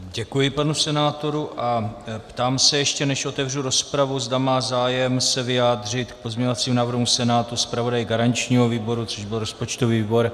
Děkuji panu senátorovi a ptám se, ještě než otevřu rozpravu, zda má zájem se vyjádřit k pozměňovacím návrhům Senátu zpravodaj garančního výboru, což byl rozpočtový výbor.